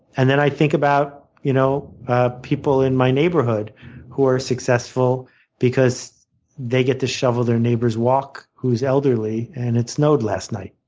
and then i think about you know ah people in my neighborhood who are successful because they get to shovel their neighbor's walk who's elderly and it snowed last night.